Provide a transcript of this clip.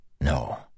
No